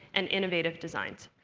and innovative designs.